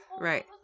Right